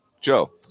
Joe